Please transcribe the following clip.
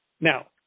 now